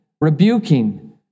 rebuking